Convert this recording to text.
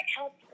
help